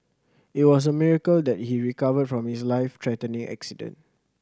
it was a miracle that he recovered from his life threatening accident